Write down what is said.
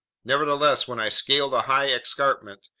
nevertheless, when i scaled a high escarpment,